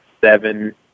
seven